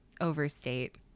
overstate